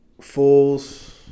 Fools